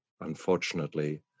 unfortunately